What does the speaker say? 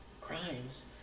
crimes